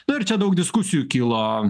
nu ir čia daug diskusijų kilo